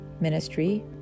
ministry